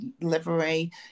livery